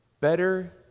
better